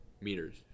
meters